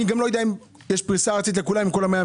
לא יודע אם כולם נוצלו.